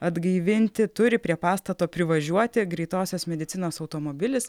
atgaivinti turi prie pastato privažiuoti greitosios medicinos automobilis